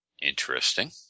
Interesting